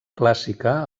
clàssica